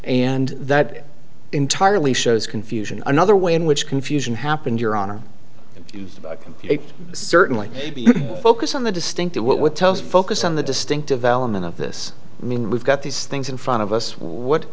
and that entirely shows confusion another way in which confusion happened your honor it certainly focused on the distinctive what would tell us focus on the distinctive element of this mean we've got these things in front of us what